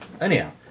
Anyhow